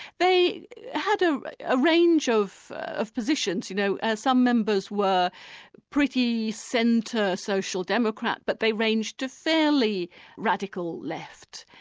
they had a ah range of of positions you know as some members were pretty centre social democrat, but they ranged to fairly radical left.